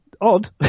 odd